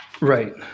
right